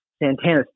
Santana